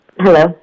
Hello